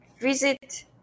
visit